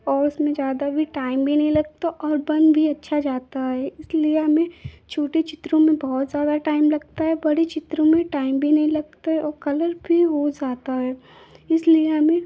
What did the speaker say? और उसमें ज़्यादा भी टाइम भी नहीं लगता और बन भी अच्छा जाता है इसलिए हमें छोटे चित्रों में बहुत ज़्यादा टाइम लगता है बड़े चित्रों में टाइम भी नहीं लगता है और कलर भी हो जाता है इसलिए हमें